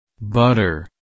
Butter